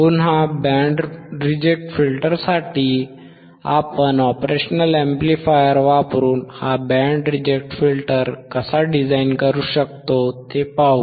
पुन्हा band reject फिल्टरसाठी आपण ऑपरेशनल अॅम्प्लिफायर वापरून हा बँड रिजेक्ट फिल्टर कसा डिझाइन करू शकतो ते पाहू